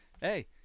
hey